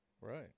Right